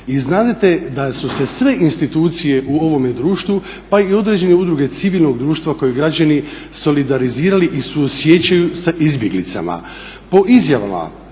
I znadete da su se sve institucije u ovome društvu, pa i određene udruge civilnog društva koje građani solidarizirali i suosjećaju sa izbjeglicama.